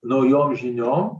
naujom žiniom